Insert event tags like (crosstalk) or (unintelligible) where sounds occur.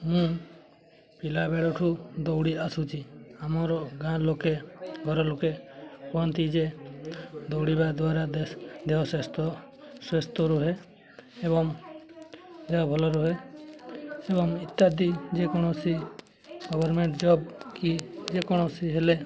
ମୁଁ ପିଲାବେଳଠୁ ଦୌଡ଼ି ଆସୁଛି ଆମର ଗାଁ ଲୋକେ ଘର ଲୋକେ କୁହନ୍ତି ଯେ ଦୌଡ଼ିବା ଦ୍ୱାରା ଦେହ (unintelligible) ସୁସ୍ଥ ରୁହେ ଏବଂ ଦେହ ଭଲ ରୁହେ ଏବଂ ଇତ୍ୟାଦି ଯେ କୌଣସି ଗଭର୍ଣ୍ଣମେଣ୍ଟ ଜବ୍ କି ଯେ କୌଣସି ହେଲେ